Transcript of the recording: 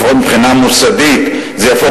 אבל לפחות מבחינה מוסדית זה יהפוך